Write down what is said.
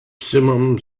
simum